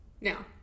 Now